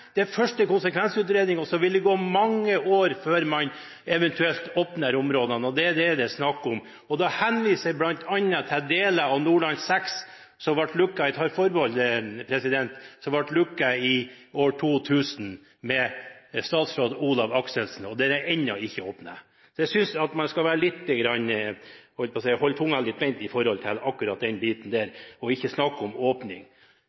det er først konsekvensutredning, og så vil det gå mange år før man eventuelt åpner opp områdene. Det er det det er snakk om. Jeg henviser bl.a. til deler av Nordland VI, som ble lukket – jeg tar forbehold – i år 2000, med statsråd Olav Akselsen. Den er ennå ikke åpnet. Jeg synes man skal holde tunga litt beint i munnen akkurat når det gjelder den biten, og ikke snakke om åpning. Den største miljøtrusselen er ikke at man går i gang i disse områdene. Den